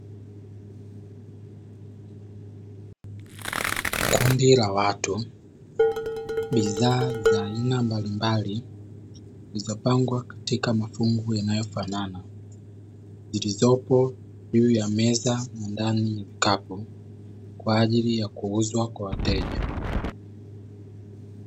Kundi la watu, bidhaa za aina mbalimbali zilizopangwa katika mafungu yanayofanana, zilizopo juu ya meza na ndani ya kikapu kwa ajili ya kuuzwa kwa wateja.